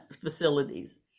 facilities